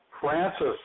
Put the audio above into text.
francis